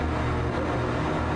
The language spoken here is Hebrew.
סרטון --- זה לא